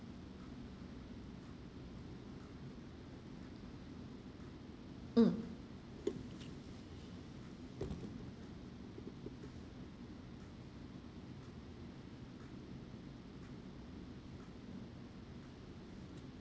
mm